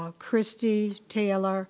ah christy taylor